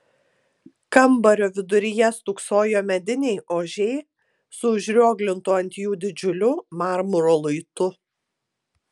kambario viduryje stūksojo mediniai ožiai su užrioglintu ant jų didžiuliu marmuro luitu